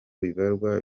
bibarwa